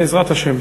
בעזרת השם.